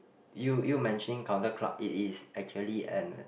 you you mentioning counter clerk it is actually an